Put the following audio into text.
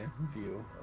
view